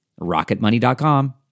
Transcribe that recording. rocketmoney.com